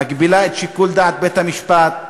שמגבילה את שיקול הדעת של בית-המשפט.